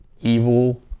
evil